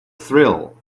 thrill